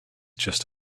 just